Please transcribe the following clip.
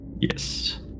Yes